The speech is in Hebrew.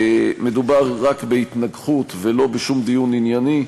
מדובר רק בהתנגחות ולא בשום דיון ענייני,